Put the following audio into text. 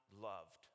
loved